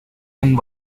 and